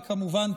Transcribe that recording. וכמובן,